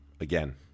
again